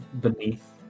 beneath